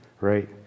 right